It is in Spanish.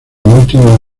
última